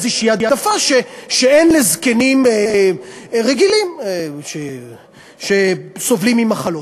איזו העדפה שאין לזקנים רגילים שסובלים ממחלות?